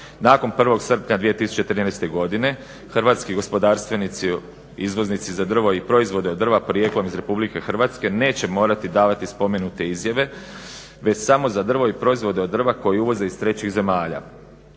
Nakon 1.srpnja 2013.godine hrvatski gospodarstvenici izvoznici za drvo i proizvode od drva porijeklom iz RH neće morati davati spomenute izjave već samo za drvo i proizvode od drva koje uvoze iz trećih zemalja.